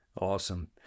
Awesome